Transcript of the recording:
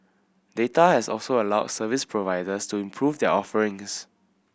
data has also allowed service providers to improve their offerings